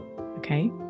Okay